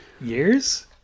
years